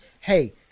hey